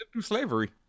Slavery